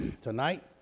tonight